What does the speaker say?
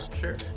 sure